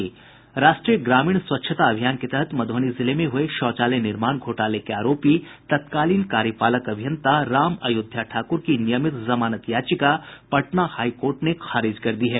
राष्ट्रीय ग्रामीण स्वच्छता अभियान के तहत मधुबनी जिले में हुये शौचालय निर्माण घोटाले के आरोपी तत्कालीन कार्यपालक अभियंता राम अयोध्या ठाकुर की नियमित जमानत याचिका पटना हाई कोर्ट ने खारिज कर दी है